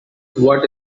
what